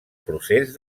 procés